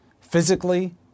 physically